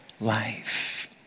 life